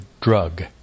drug